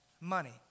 money